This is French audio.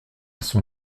son